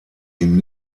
ihm